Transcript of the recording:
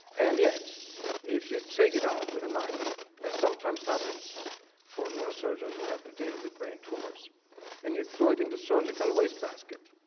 and yet if you take it out with a knife as sometimes happens for neurosurgeons who have to deal with brain tumours and you throw it in the surgical wastebasket,